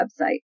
website